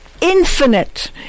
infinite